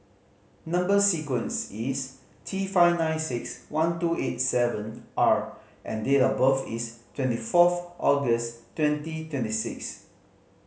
number sequence is T five nine six one two eight seven R and date of birth is twenty fourth August twenty twenty six